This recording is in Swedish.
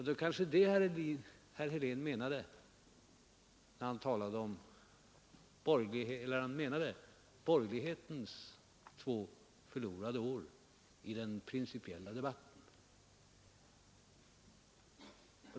Det var kanske det herr Helén menade — borgerlighetens två förlorade år i den principiella debatten.